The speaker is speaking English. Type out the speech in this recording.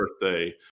birthday